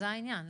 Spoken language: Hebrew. זה העניין.